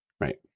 Right